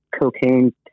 cocaine